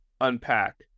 unpack